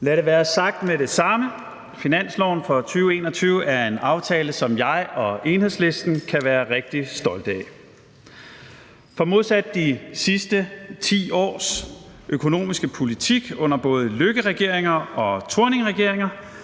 Lad det være sagt med det samme: Finansloven for 2021 er en aftale, som jeg og Enhedslisten kan være rigtig stolte af. For modsat de sidste 10 års økonomiske politik under både Løkkeregeringer og Thorningregeringer